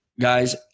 Guys